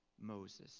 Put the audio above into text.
Moses